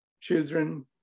children